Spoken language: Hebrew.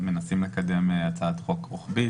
מנסים לקדם הצעת חוק רוחבית.